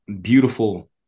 beautiful